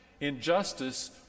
injustice